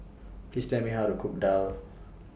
Please Tell Me How to Cook Daal